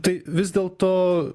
tai vis dėl to